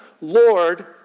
Lord